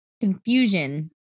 confusion